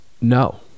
no